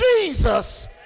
Jesus